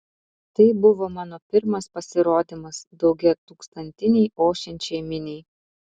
tai buvo mano pirmas pasirodymas daugiatūkstantinei ošiančiai miniai